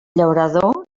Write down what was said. llaurador